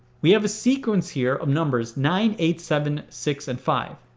we have a sequence here of numbers nine, eight, seven, six, and five.